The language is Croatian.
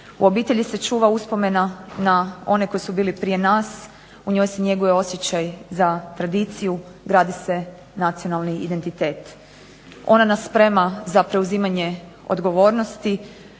U obitelji se čuva uspomena na one koji su bili prije nas, u njoj se njeguje osjećaj za tradiciju, gradi se nacionalni identitet. Ona nas sprema za preuzimanje odgovornosti,